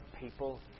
people